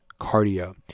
cardio